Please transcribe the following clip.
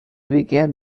began